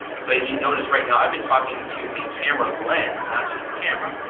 so as you can notice right now, iive been talking to the camera lens, not just the camera,